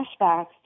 flashbacks